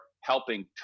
helping